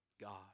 God